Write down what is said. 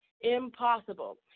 impossible